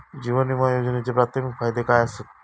जीवन विमा योजनेचे प्राथमिक फायदे काय आसत?